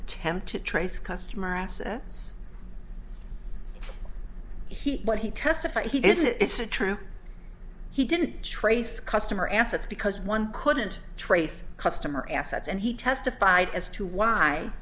attempt to trace customer access he what he testified he is it's a true he didn't trace customer assets because one couldn't trace customer assets and he testified as to why